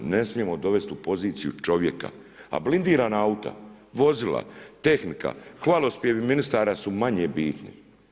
Ne smijemo dovesti u poziciju čovjeka, a blindirana auta, vozila, tehnika, hvalospjevi ministara su manje bitni.